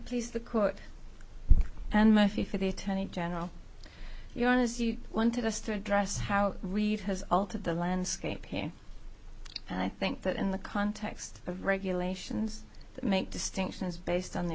please the court and mostly for the attorney general you know as you wanted us to address how reid has altered the landscape here and i think that in the context of regulations make distinctions based on the